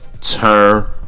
turn